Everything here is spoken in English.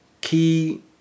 key